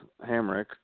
Hamrick